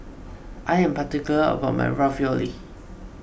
I am particular about my Ravioli